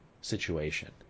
situation